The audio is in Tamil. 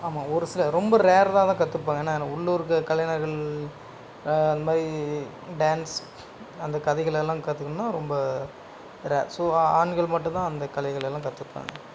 ஆமாம் ஒரு சில ரொம்ப ரேர்ராக தான் கற்றுப்பாங்க ஏன்னா உள்ளூர் கலைஞர்கள் அந்தமாதிரி டான்ஸ் அந்த கதைகள் எல்லாம் கற்றுக்கணுன்னா ரொம்ப ரே ஸோ ஆண்கள் மட்டுந்தான் அந்த கலைகள் எல்லாம் கற்றுப்பாங்க